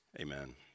Amen